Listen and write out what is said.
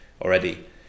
already